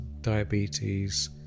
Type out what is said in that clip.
diabetes